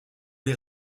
les